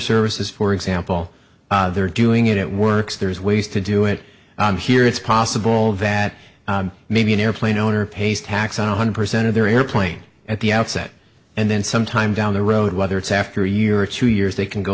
services for example they're doing it it works there's ways to do it here it's possible that maybe an airplane owner pays tax on one hundred percent of their airplane at the outset and then sometime down the road whether it's after a year or two years they can go